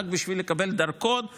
רק בשביל לקבל דרכון לשנה.